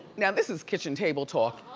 now, this is kitchen table talk.